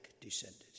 descended